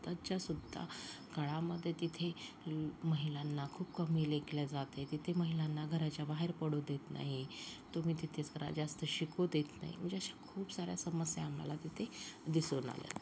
आत्ताच्यासुद्धा काळामध्ये तिथे महिलांना खूप कमी लेखलं जात आहे तिथे महिलांना घराच्या बाहेर पडू देत नाही तुम्ही तिथेच राहा जास्त शिकू देत नाही म्हणजे अशा खूप साऱ्या समस्या आम्हाला तिथे दिसून आल्या